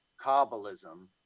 Kabbalism